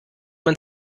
man